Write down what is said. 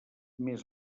més